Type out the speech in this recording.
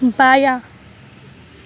بایاں